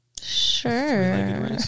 Sure